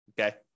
okay